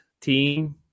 team